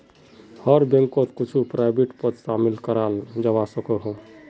हर बैंकोत कुछु प्राइवेट पद शामिल कराल जवा सकोह